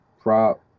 Prop